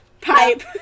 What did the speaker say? pipe